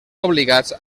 obligats